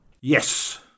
Yes